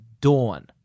Dawn